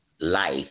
life